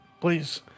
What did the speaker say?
Please